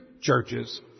churches